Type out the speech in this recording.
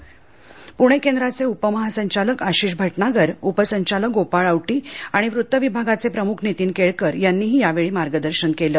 प्णे केंद्राचे उपमहासंचालक आशिष भटनागर उपसंचालक गोपाळ आवटी आणि वृत्त विभागाचे प्रमुख नीतीन केळकर यांनीही मार्गदर्शन केलं